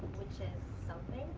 which is something.